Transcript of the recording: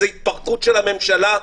זה התפרקות של הממשלה,